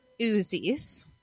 Uzis